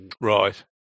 Right